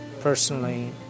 personally